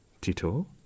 Tito